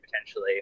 potentially